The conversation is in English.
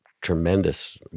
tremendous